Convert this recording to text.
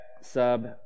sub